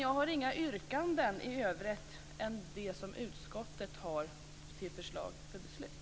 Jag har i övrigt inte några andra yrkanden än det som utskottet har till förslag för beslut.